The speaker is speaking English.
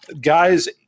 guys